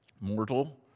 mortal